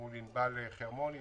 מול ענבל חרמוני,